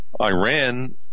Iran